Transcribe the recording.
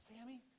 Sammy